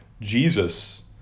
jesus